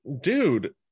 dude